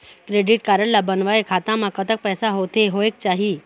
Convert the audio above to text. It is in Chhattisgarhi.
क्रेडिट कारड ला बनवाए खाता मा कतक पैसा होथे होएक चाही?